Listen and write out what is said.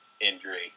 injury